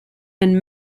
and